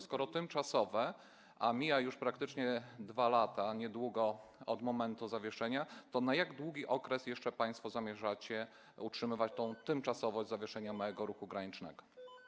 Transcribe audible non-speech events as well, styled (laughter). Skoro tymczasowe, a miną już praktycznie 2 lata niedługo od momentu zawieszenia, to na jak długi okres jeszcze państwo zamierzacie utrzymywać tę tymczasowość zawieszenia (noise) małego ruchu granicznego?